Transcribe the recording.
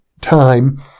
time